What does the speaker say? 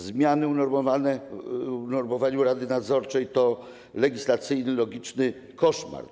Zmiany w unormowaniu rady nadzorczej to legislacyjny, logiczny koszmar.